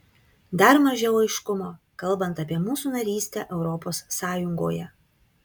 dar mažiau aiškumo kalbant apie mūsų narystę europos sąjungoje